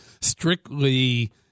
strictly